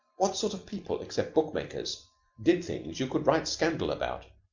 what sort of people except book-makers did things you could write scandal about?